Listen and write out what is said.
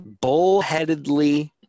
bullheadedly